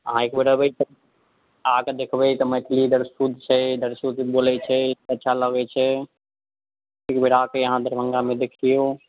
अहाँ एक बेर अयबै आके देखबै तऽ मैथिली बड़ शुद्ध छै सब बोलैत छै तऽ अच्छा लगैत छै एक बेर आके अहाँ दरभङ्गामे देखि लिऔ